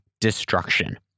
destruction